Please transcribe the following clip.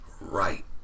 Right